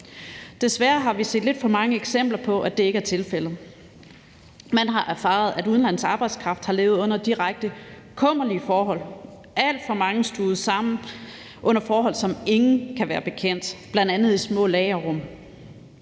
Desværre har vi set lidt for mange eksempler på, at det ikke er tilfældet. Man har erfaret, at udenlandsk arbejdskraft har levet under direkte kummerlige forhold, alt for mange stuvet sammen under forhold, som ingen kan være bekendt, bl.a. i små lagerrum.